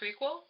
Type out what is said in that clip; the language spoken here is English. prequel